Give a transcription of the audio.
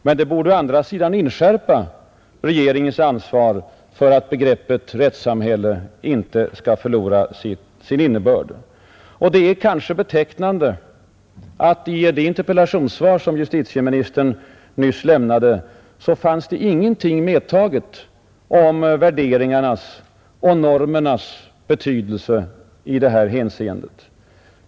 Men det borde å andra sidan inskärpa regeringens ansvar för att begreppet rättssamhälle inte förlorar sin innebörd. Det är kanske betecknande att i det interpellationssvar, som justitieministern nyss lämnade, fanns det ingenting medtaget om värderingarnas och normernas betydelse i detta hänseende.